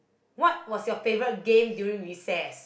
what was your favourite game during recess